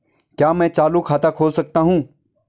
क्या मैं चालू खाता खोल सकता हूँ?